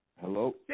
hello